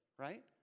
Right